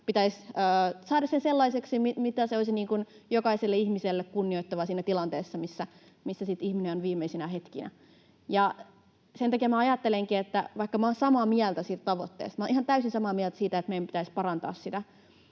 pitäisi saada se sellaiseksi, että se olisi jokaiselle ihmiselle kunnioittava siinä tilanteessa, missä sitten ihminen on viimeisinä hetkinä. Sen takia minä ajattelenkin, että vaikka minä olen samaa mieltä siitä tavoitteesta, minä olen ihan täysin samaa mieltä siitä, että meidän pitäisi parantaa sitä,